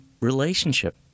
relationship